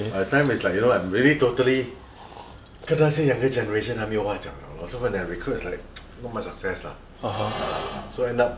by that time is like you know I'm really totally 跟那些 younger generation !huh! 没有话讲 liao lor so when I recruit is like not much success ah so end up